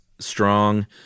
Strong